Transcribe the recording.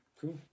Cool